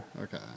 Okay